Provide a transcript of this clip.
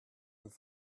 und